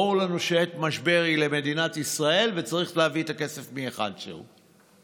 ברור לנו ששעת משבר היא למדינת ישראל וצריך להביא את הכסף מהיכן שהוא.